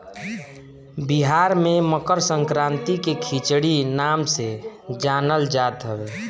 बिहार में मकरसंक्रांति के खिचड़ी नाम से जानल जात हवे